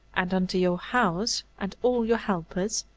and unto your house and all your helpers,